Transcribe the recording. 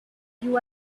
you